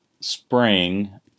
spring